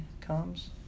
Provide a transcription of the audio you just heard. comes